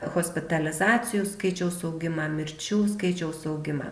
hospitalizacijų skaičiaus augimą mirčių skaičiaus augimą